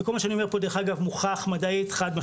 וכל מה שאני אומר פה דרך אגב מוכח מדעית חד-משמעית.